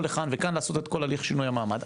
לכאן ולעשות פה את כל הליך שינוי המעמד,